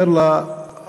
אומר לה הזקן,